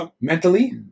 Mentally